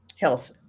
health